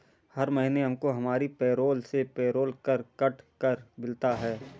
हर महीने हमको हमारी पेरोल से पेरोल कर कट कर मिलता है